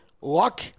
luck